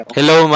Hello